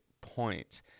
point